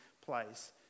place